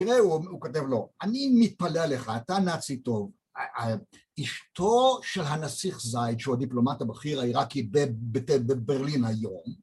תראה, הוא כתב לו, אני מתפלא לך, אתה נאצי טוב אשתו של הנסיך זייד, שהוא הדיפלומט הבכיר העיראקי בברלין היום